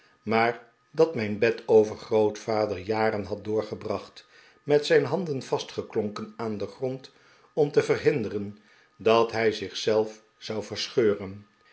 maar dat mijn bet overgrootvader jaren had doorgebracht met zijn handen vastgeklonken aan den grond om te verhinderen dat hij zich zelf zou verscheuren